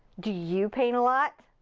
do you paint a lot?